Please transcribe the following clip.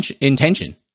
intention